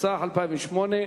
התשס"ח 2008,